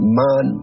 man